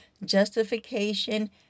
Justification